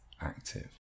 active